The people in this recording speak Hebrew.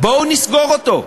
בואו נסגור אותו,